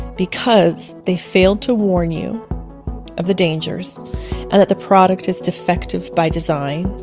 because they failed to warn you of the dangers and that the product is defective by design.